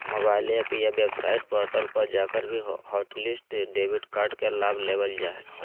mobile app या website portal पर जाकर भी हॉटलिस्ट डेबिट कार्ड के लाभ लेबल जा हय